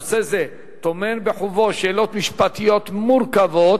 נושא זה טומן בחובו שאלות משפטיות מורכבות,